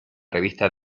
revista